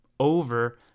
Over